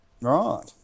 Right